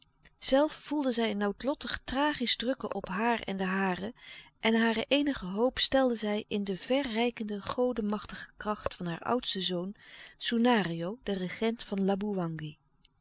zelve voelde zij een noodlot tragisch drukken op haar en de haren en hare eenige hoop stelde zij in de vérreikende gode machtige kracht van haar oudsten zoon soenario den regent van